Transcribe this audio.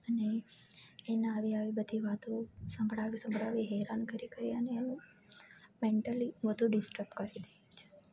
અને એને આવી આવી બધી વાતો સંભળાવી સંભળાવી હેરાન કરી કરી અને એનું મેન્ટલી વધુ ડિસ્ટર્બ કરી દે છે